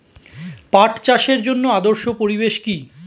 পাট চাষের জন্য আদর্শ পরিবেশ কি?